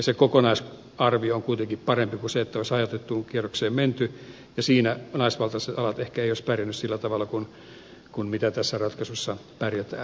se kokonaisarvio on kuitenkin parempi kuin se että olisi hajautettuun kierrokseen menty ja siinä naisvaltaiset alat ehkä eivät olisi pärjänneet sillä tavalla kuin tässä ratkaisussa pärjätään